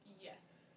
Yes